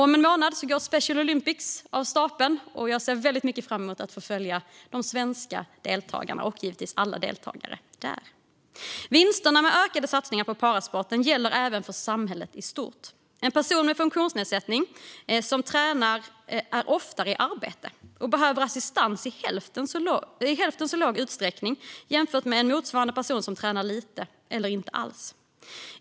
Om en månad går Special Olympics av stapeln. Jag ser väldigt mycket fram emot att få följa de svenska deltagarna och givetvis alla deltagare där. Vinsterna med ökade satsning på parasporten gäller även för samhället i stort. En person med funktionsnedsättning som tränar är oftare i arbete och behöver assistans i bara hälften så stor utsträckning som en motsvarande person som tränar lite eller inte alls.